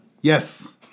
Yes